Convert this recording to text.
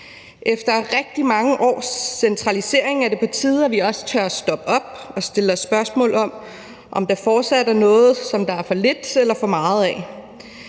Efter rigtig mange års centralisering er det på tide, at vi også tør stoppe op og stille spørgsmål om, om der fortsat er noget, som der er for lidt eller for meget af.